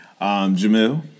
Jamil